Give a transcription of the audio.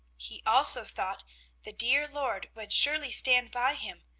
he also thought the dear lord would surely stand by him,